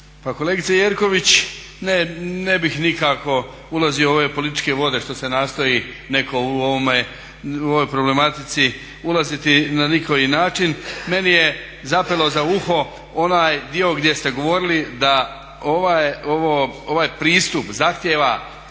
kolegice Jerković ne bih nikako ulazio u ove političke vode što se nastoji netko u ovoj problematici ulaziti na nikoji način. Meni je zapelo za uho onaj dio gdje ste govorili da ovaj pristup zahtijeva